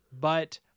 But-